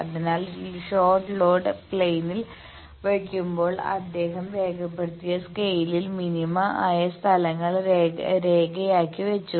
അതിനാൽ short load പ്ലെയിനിൽ വയ്ക്കുമ്പോൾ അദ്ദേഹം രേഖപ്പെടുത്തിയ സ്കെയിൽ മിനിമ ആയ സ്ഥലങ്ങൾ രേഖയാക്കി വെച്ചു